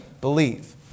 believe